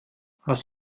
hast